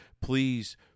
please